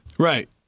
Right